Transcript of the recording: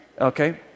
Okay